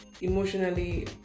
emotionally